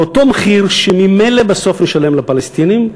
באותו מחיר שממילא בסוף נשלם לפלסטינים,